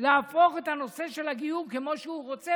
להפוך את הנושא של הגיור כמו שהוא רוצה.